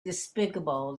despicable